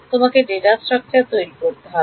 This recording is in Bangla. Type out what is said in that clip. তোমাকে তৈরি করতে হবে